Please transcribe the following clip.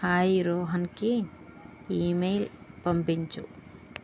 hi రోహన్కి email పంపించు